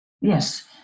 Yes